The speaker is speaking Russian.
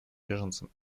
беженцам